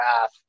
path